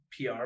PR